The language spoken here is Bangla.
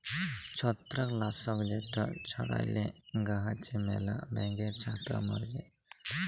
ছত্রাক লাসক যেট ছড়াইলে গাহাচে ম্যালা ব্যাঙের ছাতা ম্যরে যায়